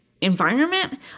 environment